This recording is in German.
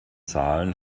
zahlen